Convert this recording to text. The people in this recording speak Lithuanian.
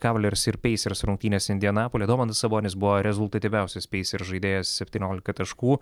kavalers ir peisers rungtynės indianapolyje domantas sabonis buvo rezultatyviausias peisers žaidėjas septyniolika taškų